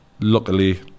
luckily